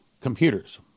computers